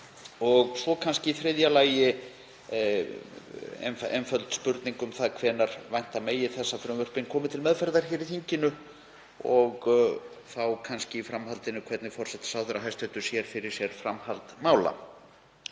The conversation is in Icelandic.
Og svo er hér í þriðja lagi einföld spurning um það hvenær vænta megi þess að frumvörpin komi til meðferðar hér í þinginu og þá kannski í framhaldinu hvernig hæstv. forsætisráðherra sjái fyrir sér framhald mála.